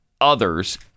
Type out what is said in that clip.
others